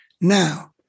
now